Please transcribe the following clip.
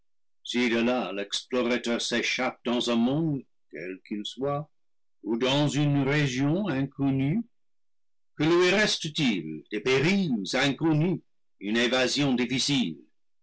de là l'explorateur s'échappe dans un monde quel qu'il soit ou dans une région inconnue que lui restet il des périls inconnus une évasion difficile